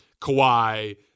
Kawhi